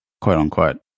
quote-unquote